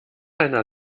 einer